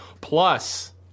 Plus